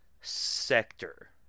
sector